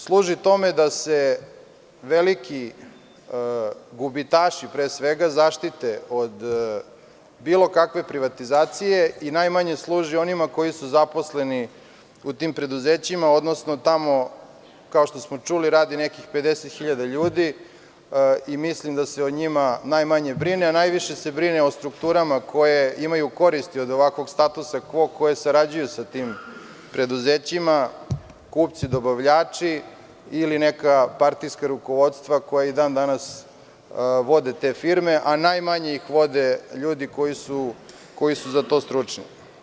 Služi tome da se veliki gubitaši, pre svega, zaštite od bilo kakve privatizacije i najmanje služi onima koji su zaposleni u tim preduzećima, odnosno tamo, kao što smo čuli, radi nekih 50.000 ljudi i mislim da se o njima najmanje brine, a najviše se brine o strukturama koje imaju koristi od ovakvog statusa kvo, koje sarađuju sa tim preduzećima, kupci, dobavljači ili neka partijska rukovodstva koja, i dan danas, vode te firme, a najmanje ih vode ljudi koji su za to stručni.